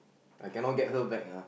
I cannot get her back ah